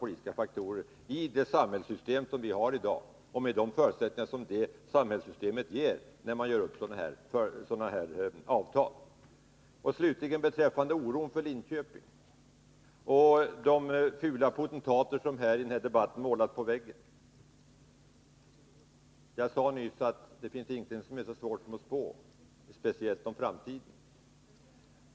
Det går inte i det samhällssystem vi har i dag och med de förutsättningar som därmed finns för sådana affärsavtal. Slutligen några ord om Linköping och de fula potentater som i denna debatt målats på väggen. Som jag sade nyss finns det ingenting så svårt som att spå, speciellt i fråga om framtiden.